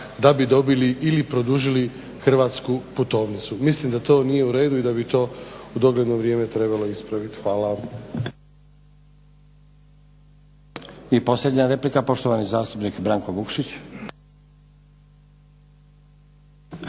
da bi dobili ili produžili hrvatsku putovnicu. Mislim da to nije u redu i da bi to u dogledno vrijeme trebalo ispraviti. Hvala.